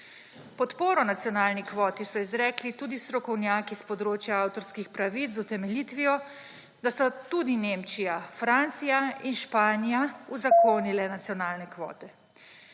Podporo nacionalni kvoti so izrekli tudi strokovnjaki s področja avtorskih pravic z utemeljitvijo, da so tudi Nemčija, Francija in Španija uzakonile nacionalne kvote.